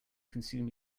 consume